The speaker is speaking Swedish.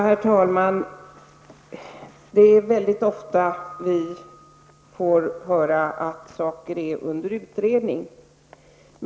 Herr talman! Vi får mycket ofta höra att saker är under utredning.